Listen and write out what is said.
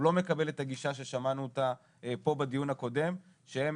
הוא לא מקבל את הגישה ששמענו פה בדיון הקודם שהם